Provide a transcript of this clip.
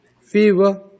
fever